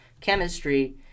chemistry